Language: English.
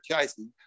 chasing